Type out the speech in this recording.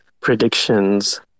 predictions